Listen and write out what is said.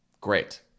Great